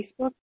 Facebook